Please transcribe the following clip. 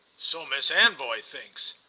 so miss anvoy thinks.